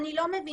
אני לא מבינה,